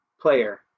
player